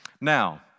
Now